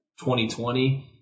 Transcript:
2020